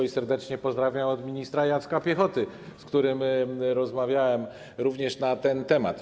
I serdeczne pozdrowienia od ministra Jacka Piechoty, z którym rozmawiałem również na ten temat.